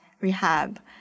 rehab